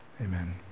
Amen